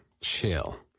chill